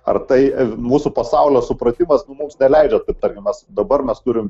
ar tai mūsų pasaulio supratimas nu mums neleidžia taip tarkim dabar mes turim